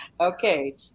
Okay